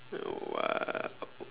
!wow!